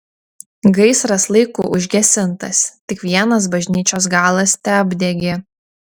gaisras laiku užgesintas tik vienas bažnyčios galas teapdegė